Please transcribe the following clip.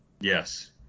Yes